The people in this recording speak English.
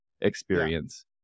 experience